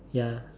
ya